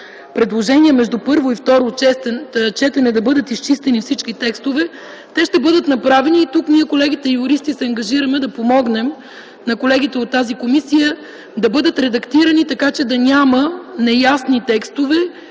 предложения между първо и второ четене - да бъдат изчистени всички текстове, те ще бъдат направени. Ние тук, колегите юристи, се ангажираме да помогнем на колегите от тази комисия да бъдат редактирани така, че да няма неясни текстове